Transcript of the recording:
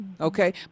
Okay